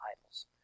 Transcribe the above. idols